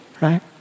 right